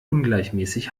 ungleichmäßig